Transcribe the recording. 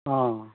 অঁ